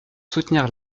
soutenir